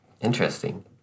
interesting